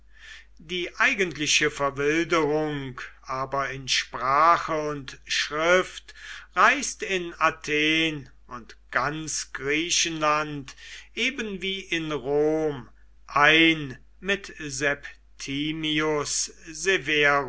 die eigentliche verwilderung aber in sprache und schrift reißt in athen und ganz griechenland eben wie in rom ein mit